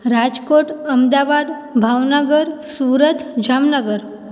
Rajkot Ahmedabad Bhavnagar Surat Jamnagar